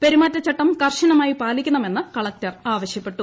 പെരുമാറ്റച്ചട്ടം കർശനമായി പാലിക്കണമെന്ന് കളക്ടർ ആവശ്യപ്പെട്ടു